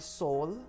soul